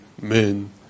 men